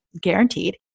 guaranteed